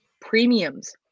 premiums